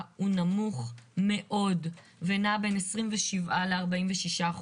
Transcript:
הוא נמוך מאוד ונע בין 27% ל-46%.